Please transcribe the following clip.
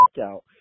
out